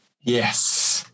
Yes